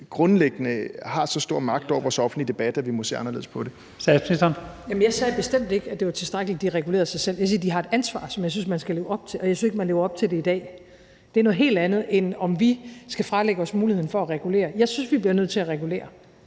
Kl. 14:56 Statsministeren (Mette Frederiksen): Jamen jeg sagde bestemt ikke, at det var tilstrækkeligt, at de regulerede sig selv. Jeg sagde, at de har et ansvar, som jeg synes man skal leve op til, og jeg synes ikke, at de lever op til det i dag. Det er noget helt andet, end om vi skal fralægge os muligheden for at regulere. Jeg synes, vi bliver nødt til at regulere.